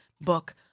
book